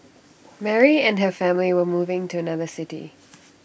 Mary and her family were moving to another city